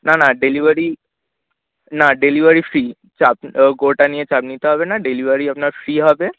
না না ডেলিভারি না ডেলিভারি ফ্রি চাপ ওটা নিয়ে চাপ নিতে হবে না ডেলিভারি আপনার ফ্রি হবে